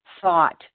thought